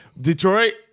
Detroit